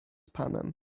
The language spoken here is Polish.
panem